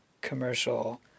commercial